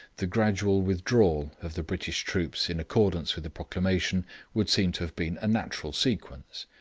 the gradual withdrawal of the british troops in accordance with the proclamation would seem to have been a natural sequence.